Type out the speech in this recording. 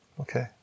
Okay